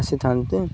ଆସିଥାନ୍ତେ